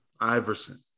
Iverson